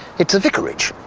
it's a vicarage!